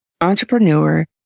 entrepreneur